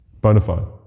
Bonafide